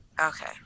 Okay